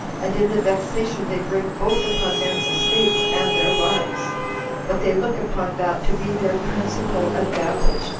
and in the vexation they bring both upon men's estates and their wives but they look upon that to be their principal advantage,